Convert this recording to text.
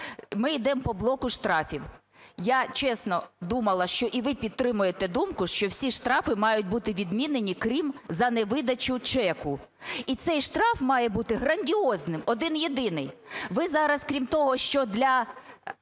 Ми ідемо по блоку штрафів. Я чесно думала, що і ви підтримуєте думку, що всі штрафи мають бути відмінені крім за невидачу чеку. І цей штраф має бути грандіозним, один єдиний. Ви зараз, крім того, що для